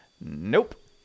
Nope